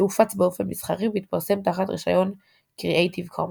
שהופץ באופן מסחרי והתפרסם תחת רישיון Creative Commons.